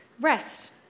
Rest